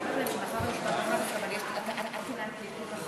חוק הטבות לניצולי שואה (תיקון מס' 5),